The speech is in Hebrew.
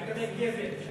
מה לגבי גבר?